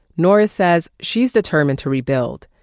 norris says she's determined to rebuild.